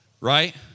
right